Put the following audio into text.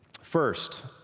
First